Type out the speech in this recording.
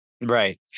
Right